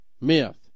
Myth